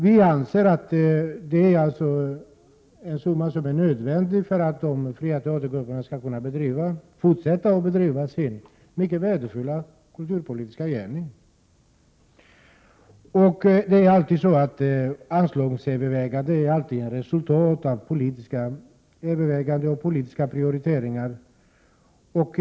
Vi anser att det är en summa som är nödvändig för att de fria teatergrupperna skall kunna fortsätta att bedriva sin mycket värdefulla kulturpolitiska gärning. Anslagens storlek är alltid resultat av politiska överväganden och politiska prioriteringar.